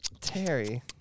Terry